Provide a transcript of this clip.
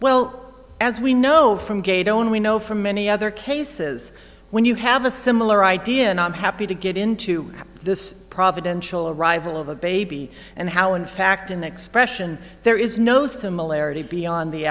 well as we know from gay don't we know from many other cases when you have a similar idea and i'm happy to get into the providential arrival of a baby and how in fact in the expression there is no similarity beyond the